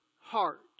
heart